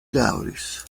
daŭris